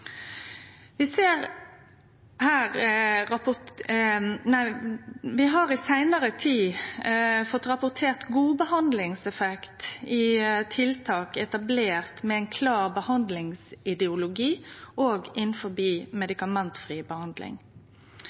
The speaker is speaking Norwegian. Vi har i seinare tid fått rapportert god behandlingseffekt av tiltak som er etablerte med ein klar behandlingsideologi òg innanfor medikamentfri behandling. Vi ser rapporterte resultat der medikamentfri behandling